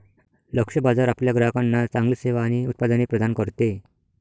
लक्ष्य बाजार आपल्या ग्राहकांना चांगली सेवा आणि उत्पादने प्रदान करते